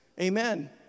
Amen